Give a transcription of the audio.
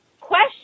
question